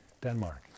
Denmark